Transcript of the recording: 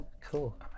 Cool